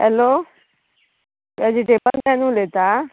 hello वॅजिटेबलकान उलयता